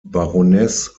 baroness